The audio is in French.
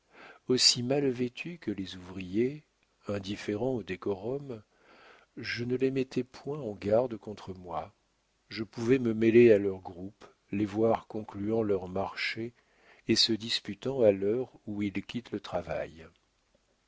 aussi mal vêtu que les ouvriers indifférent au décorum je ne les mettais point en garde contre moi je pouvais me mêler à leurs groupes les voir concluant leurs marchés et se disputant à l'heure où ils quittent le travail